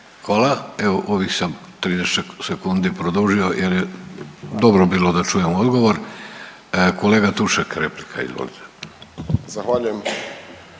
Hvala. Evo, ovih sam 30 sekundi produžio jer je dobro bilo da čujemo odgovor. Kolega Tušek, replika, izvolite.